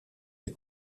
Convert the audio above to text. les